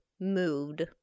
moved